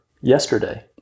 Yesterday